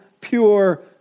pure